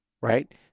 right